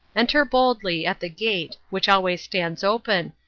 enter boldly at the gate, which always stands open,